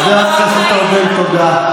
חבר הכנסת ארבל, תודה.